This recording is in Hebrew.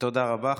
תודה רבה.